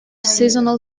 seasonal